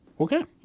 Okay